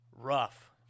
Rough